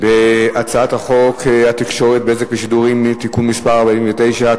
על הצעת חוק התקשורת (בזק ושידורים) (תיקון מס' 49),